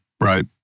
Right